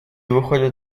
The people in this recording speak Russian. выходят